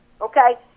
Okay